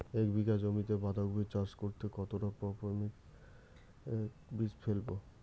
এক বিঘা জমিতে বাধাকপি চাষ করতে কতটা পপ্রীমকন বীজ ফেলবো?